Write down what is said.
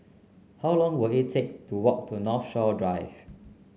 how long will it take to walk to Northshore Drive